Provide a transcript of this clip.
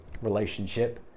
relationship